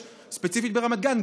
ספציפית ברמת גן,